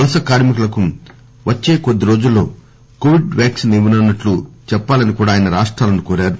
వలస కార్మికులకు వచ్చే కొద్ది రోజుల్లో కోవిడ్ వ్యాక్సిన్ ఇవ్వనున్నట్లు చెప్పాలని కూడా ఆయన రాష్టాలను కోరారు